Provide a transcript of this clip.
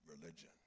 religion